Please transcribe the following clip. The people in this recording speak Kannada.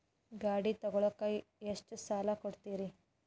ಗಾಡಿ ತಗೋಳಾಕ್ ಎಷ್ಟ ಸಾಲ ಕೊಡ್ತೇರಿ?